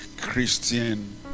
Christian